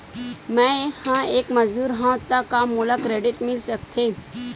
मैं ह एक मजदूर हंव त का मोला क्रेडिट मिल सकथे?